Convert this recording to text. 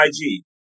IG